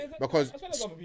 Because-